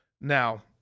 now